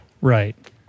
Right